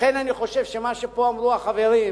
לכן אני חושב שמה שאמרו פה החברים,